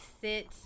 sit